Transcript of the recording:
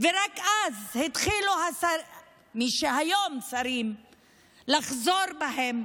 ורק אז התחילו מי שהיום שרים לחזור בהם,